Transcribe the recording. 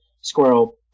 Squirrel